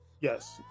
yes